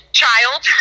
child